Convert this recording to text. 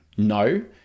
No